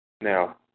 Now